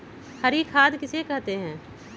हरी खाद किसे कहते हैं?